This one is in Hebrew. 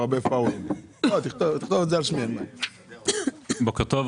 בוקר טוב,